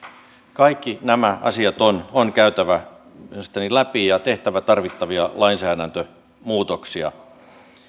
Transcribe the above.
kaikki nämä asiat on mielestäni käytävä läpi ja tehtävä tarvittavia lainsäädäntömuutoksia